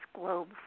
globe